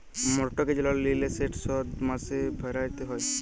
mortgage লল লিলে সেট শধ মাসে মাসে ভ্যইরতে হ্যয়